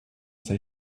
sei